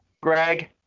Greg